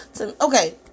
Okay